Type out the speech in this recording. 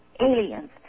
aliens